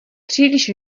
příliš